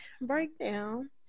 breakdown